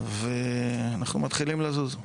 ואנחנו מתחילים לזוז.